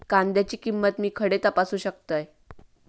कांद्याची किंमत मी खडे तपासू शकतय?